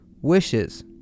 wishes